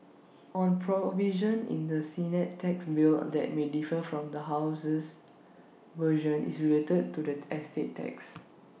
one provision in the Senate tax bill that may differ from the House's version is related to the estate tax